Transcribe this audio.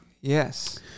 Yes